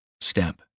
step